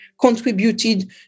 contributed